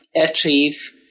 achieve